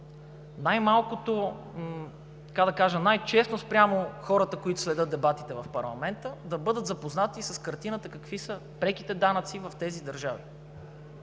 най-малкото е, как да кажа, най-честно е спрямо хората, които следят дебатите в парламента, да бъдат запознати с картината какви са преките данъци в тези държави,